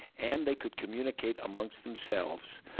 and they could communicate amongst themselves?